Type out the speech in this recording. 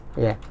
ya